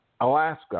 Alaska